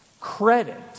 Credit